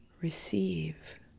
receive